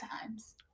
times